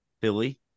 Billy